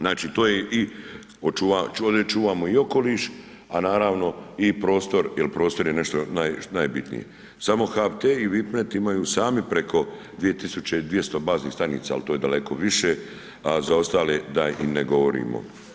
Znači to je i očuvamo okoliš a naravno i prostor jer prostor je nešto najbitnije, samo HT i Vipnet imaju preko 220 baznih stanica ali to je daleko više a za ostale da im ne govorimo.